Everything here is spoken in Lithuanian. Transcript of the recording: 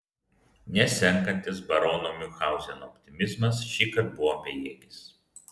nesenkantis barono miunchauzeno optimizmas šįkart buvo bejėgis